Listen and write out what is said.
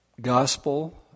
gospel